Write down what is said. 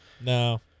No